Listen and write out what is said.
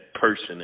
person